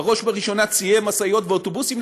ובראש ובראשונה ציי משאיות ואוטובוסים,